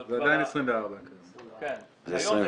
אבל --- זה עדיין 24. בגלל